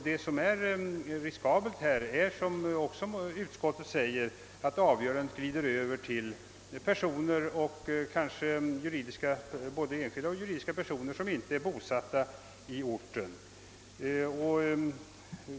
Det kan medföra vissa risker, som också utskottet framhåller, när avgörandet glider över till personer som bor utanför orten.